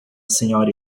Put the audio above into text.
senhora